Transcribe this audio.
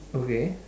okay